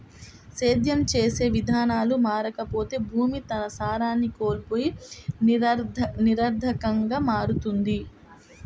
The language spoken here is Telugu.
సేద్యం చేసే విధానాలు మారకపోతే భూమి తన సారాన్ని కోల్పోయి నిరర్థకంగా మారుతుంది